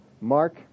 Mark